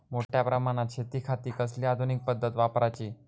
मोठ्या प्रमानात शेतिखाती कसली आधूनिक पद्धत वापराची?